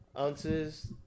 Ounces